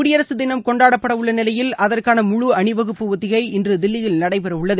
குடியரசு தினம் கொண்டாடப்பட உள்ள நிலையில் அதற்கான முழு அணிவகுப்பு ஒத்திகை இன்று தில்லியில் நடைபெற உள்ளது